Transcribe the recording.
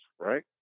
right